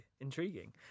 Intriguing